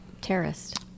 terrorist